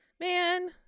man